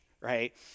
right